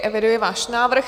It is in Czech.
Eviduji váš návrh.